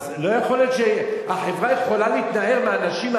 אז לא יכול להיות שהחברה יכולה להתנער מאנשים,